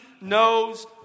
knows